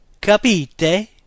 Capite